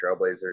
Trailblazers